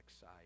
side